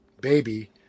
baby